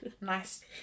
Nice